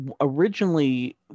originally